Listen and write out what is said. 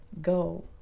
go